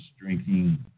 drinking